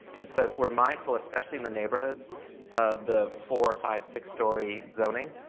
and so if we're mindful especially in the neighborhoods of the four, five, six story zoning,